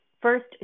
First